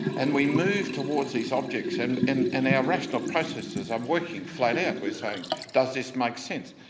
and we move towards these objects and and and our rational processes are working flat out, we're saying does this make sense?